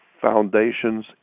foundations